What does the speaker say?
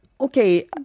Okay